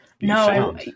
No